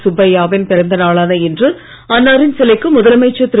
சுப்பையாவின் பிறந்த நாளான இன்று அன்னாரின் சிலைக்கு முதலமைச்சர் திரு